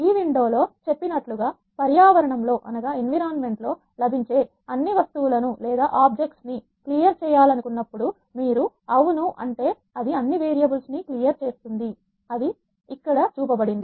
ఈ విండో లో చెప్పినట్లుగా పర్యావరణంలో లభించే అన్ని వస్తువులను లేదా ఆబ్జెక్ట్స్ ని క్లియర్ చేయాలనుకున్నప్పుడు మీరు అవును అంటే అది అన్ని వేరియబుల్స్ ను క్లియర్ చేస్తుంది ఇది అక్కడ చూపబడింది